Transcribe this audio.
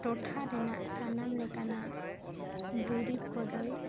ᱴᱚᱴᱷᱟ ᱨᱮᱱᱟᱜ ᱥᱟᱱᱟᱢ ᱞᱮᱠᱟᱱᱟᱜ ᱫᱩᱨᱤᱵᱽ ᱠᱚᱫᱚᱭ